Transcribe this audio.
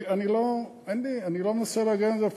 אני לא מנסה להגן על זה,